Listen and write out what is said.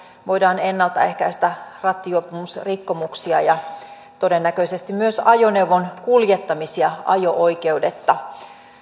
voidaan ennaltaehkäistä rattijuopumusrikkomuksia ja todennäköisesti myös ajoneuvon kuljettamisia ajo oikeudetta